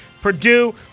Purdue